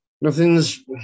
nothing's